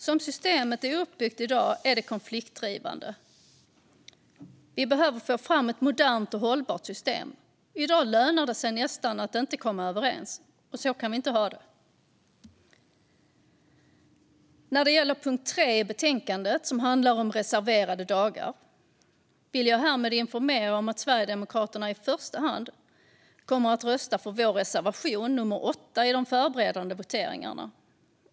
Som systemet är uppbyggt i dag är det konfliktdrivande. Vi behöver få fram ett modernt och hållbart system. I dag lönar det sig nästan att inte komma överens, och så kan vi inte ha det. När det gäller punkt 3 i betänkandet, som handlar om reserverade dagar, vill jag härmed informera om att Sverigedemokraterna i första hand kommer att rösta för vår reservation nummer 8 i de förberedande voteringarna.